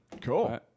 Cool